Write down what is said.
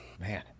Man